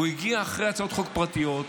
הוא הגיע אחרי הצעות חוק פרטיות,